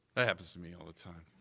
that happens to me all the time,